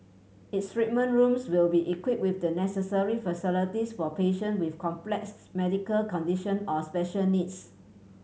its treatment rooms will be equipped with the necessary facilities for patient with complex medical condition or special needs